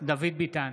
דוד ביטן,